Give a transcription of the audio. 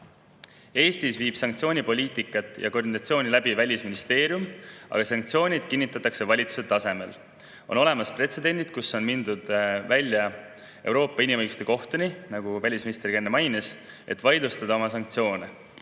Eestis viib sanktsioonipoliitikat ja nende koordinatsiooni läbi Välisministeerium, aga sanktsioonid kinnitatakse valitsuse tasemel. On olemas pretsedendid, kus on mindud välja Euroopa Inimõiguste Kohtuni, nagu välisminister enne ka mainis, et vaidlustada oma sanktsioone.